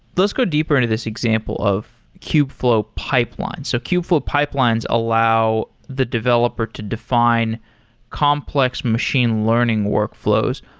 let's go deeper into this example of kubeflow pipelines. so kubeflow pipelines allow the developer to define complex machine learning workflows.